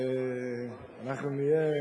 אנחנו נהיה,